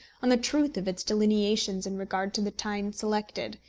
on the truth of its delineations in regard to the time selected,